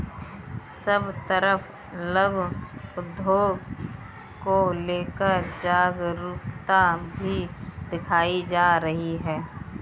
सब तरफ लघु उद्योग को लेकर जागरूकता भी दिखाई जा रही है